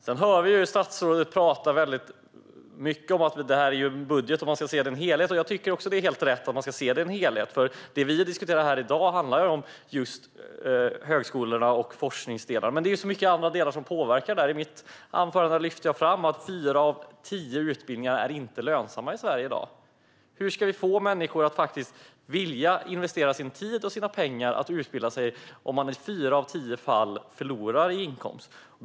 Vi hör statsrådet tala mycket om att detta är en budget som ska ses som en helhet. Jag tycker också att det är helt rätt att se den som en helhet. Det vi diskuterar här i dag handlar om högskolor och forskning, men det är så mycket annat som påverkar. I mitt anförande lyfte jag fram att fyra av tio utbildningar inte är lönsamma i Sverige i dag. Hur ska vi få människor att vilja investera sin tid och sina pengar i utbildning om man i fyra fall av tio förlorar inkomst?